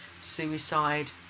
suicide